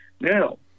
Now